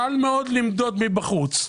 קל מאוד למדוד מבחוץ.